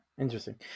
Interesting